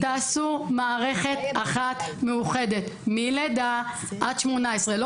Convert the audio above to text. תעשו מערכת אחת מאוחדת מלידה עד 18. לא